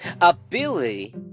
Ability